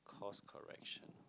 cost correction